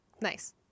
Nice